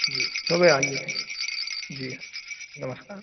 जी सुबह आइए फिर जी नमस्कार